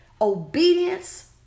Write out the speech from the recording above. obedience